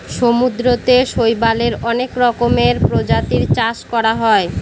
সমুদ্রতে শৈবালের অনেক রকমের প্রজাতির চাষ করা হয়